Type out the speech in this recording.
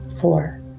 four